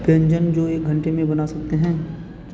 व्यंजन जो एक घंटे में बना सकते हैं